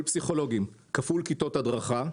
פסיכולוגים וכיתות הדרכה,